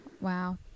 Wow